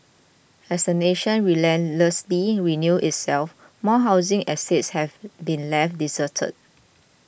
as the nation relentlessly renews itself more housing estates have been left deserted